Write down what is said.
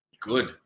good